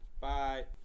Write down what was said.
Bye